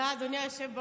תודה, אדוני היושב בראש.